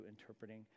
interpreting